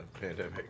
pandemic